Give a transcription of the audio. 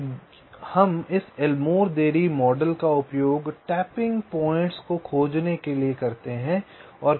तो हम इस एलमोर देरी मॉडल का उपयोग टैपिंग पॉइंट्स को खोजने के लिए करते हैं